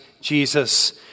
Jesus